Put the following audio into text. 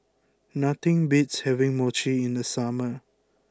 nothing beats having Mochi in the summer